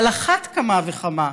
על אחת כמה וכמה,